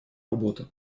работы